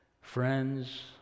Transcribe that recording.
Friends